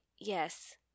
yes